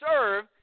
serve